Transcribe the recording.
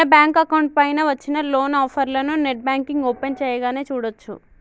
మన bank account పైన వచ్చిన లోన్ ఆఫర్లను నెట్ బ్యాంకింగ్ ఓపెన్ చేయగానే చూడచ్చు